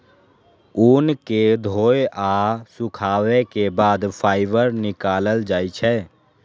ऊन कें धोय आ सुखाबै के बाद फाइबर निकालल जाइ छै